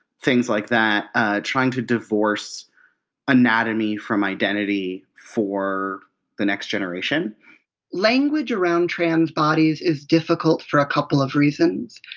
things like that ah trying to divorce anatomy from identity for the next generation language around trans bodies is difficult for a couple of reasons.